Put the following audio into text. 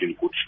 good